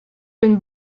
been